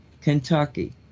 Kentucky